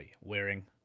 wearing